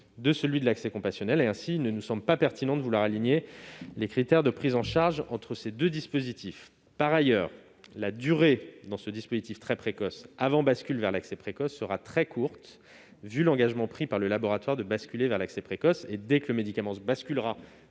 de celui de l'accès compassionnel. Il ne nous semble donc pas pertinent de vouloir aligner les critères de prise en charge entre ces deux dispositifs. Par ailleurs, la durée dans ce dispositif très précoce avant bascule vers l'accès précoce sera très courte, du fait de l'engagement pris par le laboratoire de basculer vers l'accès précoce. Dès que le médicament basculera